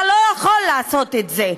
אתה לא יכול לעשות את זה.